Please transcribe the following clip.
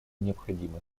необходимы